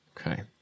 Okay